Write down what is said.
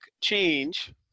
change